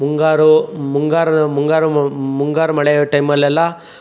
ಮುಂಗಾರು ಮುಂಗಾರ ಮುಂಗಾರು ಮುಂಗಾರು ಮಳೆ ಟೈಮಲ್ಲೆಲ್ಲ